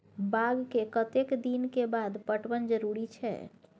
बाग के कतेक दिन के बाद पटवन जरूरी छै?